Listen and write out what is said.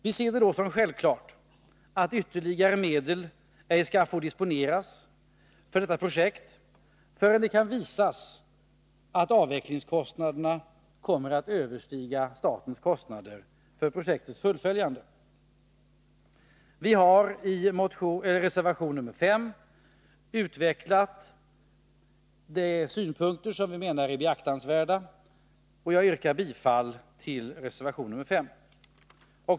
Vi ser det som självklart att ytterligare medel ej skall få disponeras för detta projekt, förrän det kan visas att avvecklingskostnaderna kommer att överstiga statens kostnader för projektets fullföljande. Vi har i reservation 5 utvecklat de synpunkter som vi menar är beaktansvärda, och jag yrkar bifall till reservation nr 5.